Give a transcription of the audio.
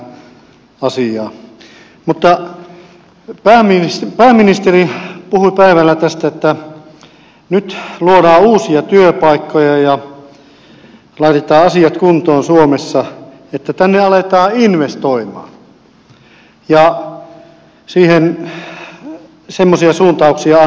pääministeri puhui päivällä tästä että nyt luodaan uusia työpaikkoja ja laitetaan asiat kuntoon suomessa että tänne aletaan investoimaan ja semmoisia suuntauksia annettiin